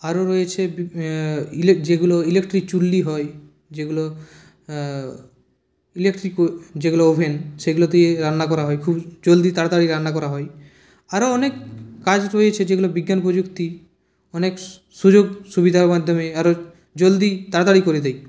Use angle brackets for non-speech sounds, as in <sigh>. আরো রয়েছে <unintelligible> যেগুলো ইলেকট্রিক চুল্লি হয় যেগুলো ইলেকট্রিক যেগুলো ওভেন সেগুলোতে রান্না করা হয় খুব জলদি তাড়াতাড়ি রান্না করা হয় আরো অনেক কাজ রয়েছে যেগুলো বিজ্ঞান প্রযুক্তি অনেক সুযোগ সুবিধার মাধ্যমে আরো জলদি তাড়াতাড়ি করে দেয়